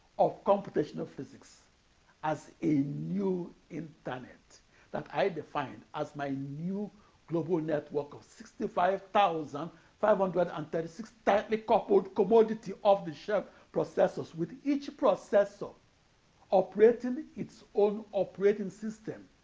of computational physics as a new internet that i defined as my new global network of sixty five thousand five hundred and thirty six tightly-coupled commodity-off-the-shelf processors with each processor operating its own operating system